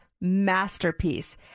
masterpiece